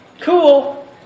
cool